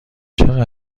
چقدر